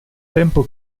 tempo